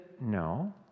no